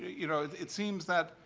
you know, it seems that,